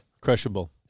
Crushable